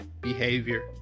behavior